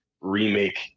remake